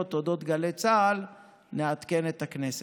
על אודות גלי צה"ל נעדכן את הכנסת.